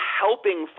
helping